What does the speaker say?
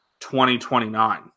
2029